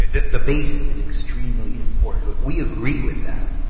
the the base is extremely important. we agree with that.